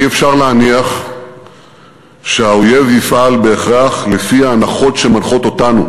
אי-אפשר להניח שהאויב יפעל בהכרח לפי ההנחות שמנחות אותנו,